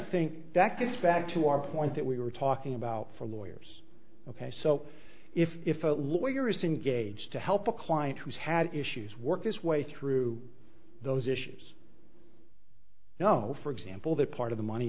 think that gets back to our point that we were talking about for lawyers ok so if if a lawyer is engaged to help a client who's had issues work his way through those issues you know for example that part of the money